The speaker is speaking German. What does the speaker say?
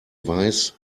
weiß